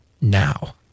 now